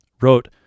wrote